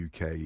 uk